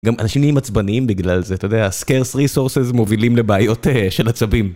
גם אנשים נהיים עצבניים בגלל זה, אתה יודע, scarce resources מובילים לבעיות של עצבים.